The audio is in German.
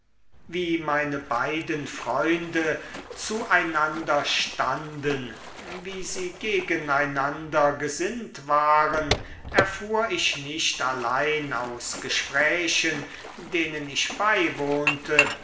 wie meine beiden freunde zu einander standen wie sie gegen einander gesinnt waren erfuhr ich nicht allein aus gesprächen denen ich beiwohnte